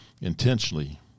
intentionally